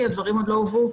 וזה מה שיקרה אחרי שנגיע לשם?